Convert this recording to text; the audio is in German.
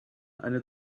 eine